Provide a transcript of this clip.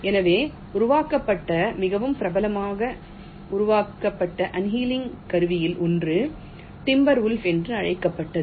எனவே உருவாக்கப்பட்ட மிகவும் பிரபலமான உருவகப்படுத்தப்பட்ட அனீலிங் கருவியில் ஒன்று டிம்பர் வுல்ஃப் என்று அழைக்கப்பட்டது